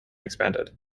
expanded